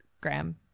Graham